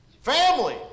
family